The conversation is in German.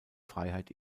freiheit